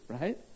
right